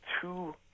two